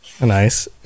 Nice